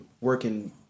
working